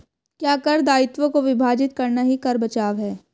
क्या कर दायित्वों को विभाजित करना ही कर बचाव है?